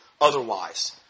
otherwise